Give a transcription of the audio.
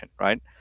right